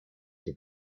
for